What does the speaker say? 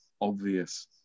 obvious